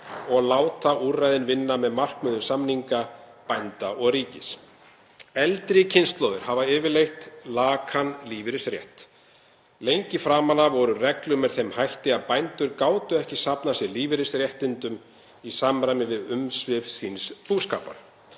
og láta úrræðin vinna með markmiðum samninga bænda og ríkis. Eldri kynslóðir hafa yfirleitt lakan lífeyrisrétt. Lengi framan af voru reglur með þeim hætti að bændur gátu ekki safnað sér lífeyrisréttindum í samræmi við umsvif síns búskapar.